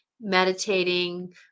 meditating